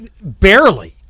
Barely